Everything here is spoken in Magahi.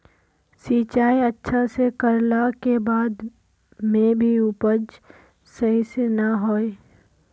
सिंचाई अच्छा से कर ला के बाद में भी उपज सही से ना होय?